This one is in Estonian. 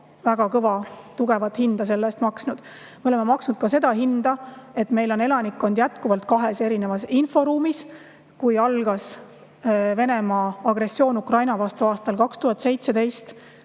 väga kõrget hinda selle eest maksnud.Me oleme maksnud ka seda hinda, et meil on elanikkond jätkuvalt kahes erinevas inforuumis. Kui algas Venemaa agressioon Ukraina vastu aastal 201[4],